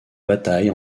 bataille